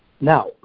now